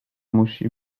musi